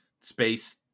space